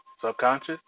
subconscious